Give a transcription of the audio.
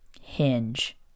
hinge